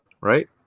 Right